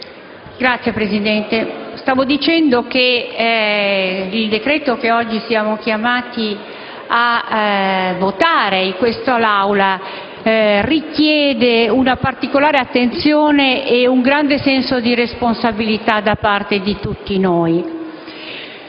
Polo:ApI-FLI)*. Stavo dicendo che il decreto-legge che oggi siamo chiamati a votare in quest'Aula richiede una particolare attenzione e un grande senso di responsabilità da parte di tutti noi.